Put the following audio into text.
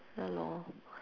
ya lor